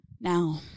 Now